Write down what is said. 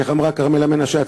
איך אמרה כרמלה מנשה?